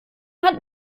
hat